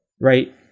right